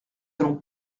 allons